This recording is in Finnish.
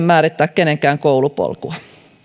määrittää kenenkään koulupolkua